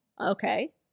Okay